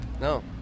No